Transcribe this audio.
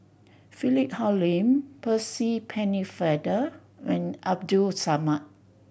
Philip Hoalim Percy Pennefather and Abdul Samad